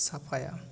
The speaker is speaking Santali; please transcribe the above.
ᱥᱟᱯᱷᱟᱭᱟ